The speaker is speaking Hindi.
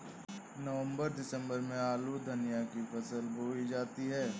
नवम्बर दिसम्बर में आलू धनिया की फसल बोई जाती है?